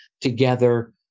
together